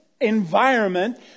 environment